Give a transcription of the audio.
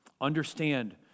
Understand